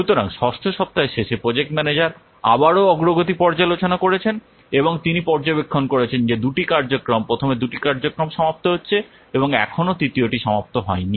সুতরাং ষষ্ঠ সপ্তাহের শেষে প্রজেক্ট ম্যানেজার আবারও অগ্রগতি পর্যালোচনা করেছেন এবং তিনি পর্যবেক্ষণ করেছেন যে দুটি কার্যক্রম প্রথম দুটি কার্যক্রম সমাপ্ত হচ্ছে এবং এখনও তৃতীয় টি সমাপ্ত হয়নি